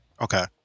Okay